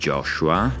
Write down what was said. Joshua